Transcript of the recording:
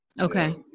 Okay